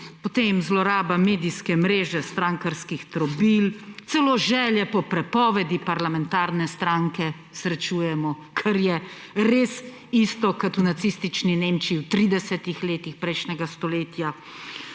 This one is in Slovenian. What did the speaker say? potem zloraba medijske mreže strankarskih trobil, celo želje po prepovedi parlamentarne stranke srečujemo, kar je res isto kot v nacistični Nemčiji v 30. letih prejšnjega stoletja.